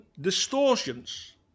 distortions